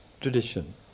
tradition